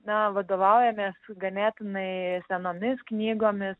na vadovaujamės ganėtinai senomis knygomis